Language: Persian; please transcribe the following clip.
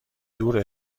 دور